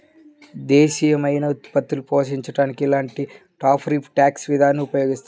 దేశీయమైన ఉత్పత్తులను ప్రోత్సహించడానికి ఇలాంటి టారిఫ్ ట్యాక్స్ విధానాలను ఉపయోగిస్తారు